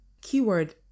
Keyword